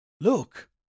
Look